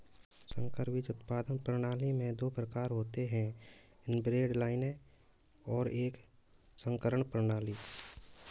संकर बीज उत्पादन प्रणाली में दो प्रकार होते है इनब्रेड लाइनें और एक संकरण प्रणाली